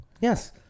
Yes